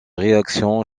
réactions